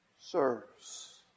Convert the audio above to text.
serves